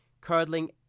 curdling